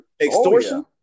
extortion